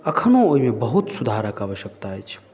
अखनो एहिमे बहुत सुधारक आवश्यकता अछि